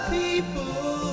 people